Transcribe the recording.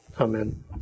Amen